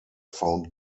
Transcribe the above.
found